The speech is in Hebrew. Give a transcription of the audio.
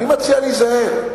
אני מציע להיזהר.